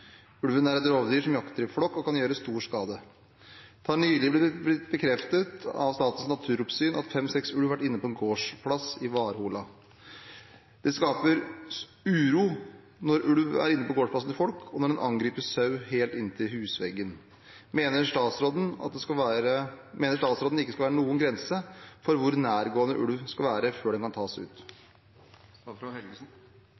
bekreftet av Statens naturoppsyn at fem–seks ulv har vært inne på en gårdsplass i Varåholla. Det skaper uro når ulv er inne på gårdsplassen til folk, og når den angriper sau helt inntil husveggen. Mener statsråden at det ikke skal være noen grense for hvor nærgående ulv skal være før den kan tas